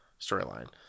storyline